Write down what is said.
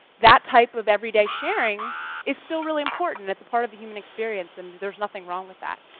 that type of everyday sharing is still really important it's a part of the human experience, and there's nothing wrong with that.